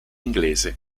inglese